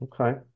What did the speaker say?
okay